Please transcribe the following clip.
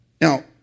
Now